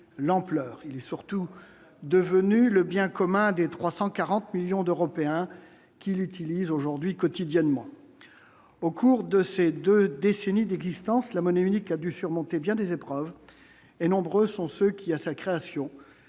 l'ampleur, il est surtout devenu le bien commun des 340 millions d'Européens qui l'utilisent aujourd'hui quotidiennement au cours de ces 2 décennies d'existence, la monnaie unique a dû surmonter bien des épreuves et nombreux sont ceux qui, à sa création,